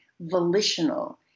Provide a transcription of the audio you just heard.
volitional